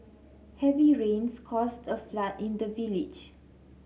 heavy rains caused a flood in the village